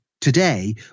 today